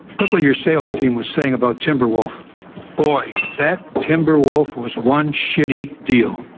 look what your sales team was saying about timberwolf boy, that timberwolf was one shitty deal.